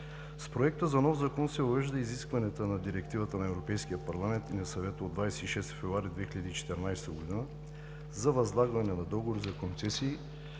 С Проекта за нов Закон се уреждат изискванията на Директивата на Европейския парламент и на Съвета от 26 февруари 2014 г. за възлагане на договори за концесии